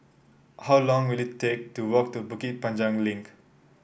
how long will it take to walk to Bukit Panjang Link